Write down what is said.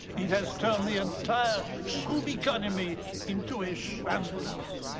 it has turned the entire shroom economy into a shambles.